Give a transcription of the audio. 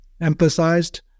emphasized